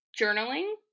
journaling